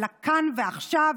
על הכאן ועכשיו,